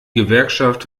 gewerkschaft